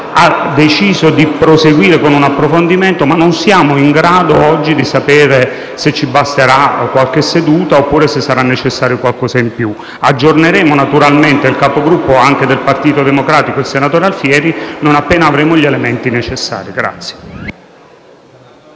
ha deciso di proseguire con un approfondimento, ma non siamo in grado oggi di sapere se ci basterà qualche seduta, oppure se sarà necessario qualcosa in più. Aggiorneremo il capogruppo del Partito Democratico, senatore Alfieri, non appena avremo gli elementi necessari.